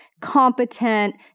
competent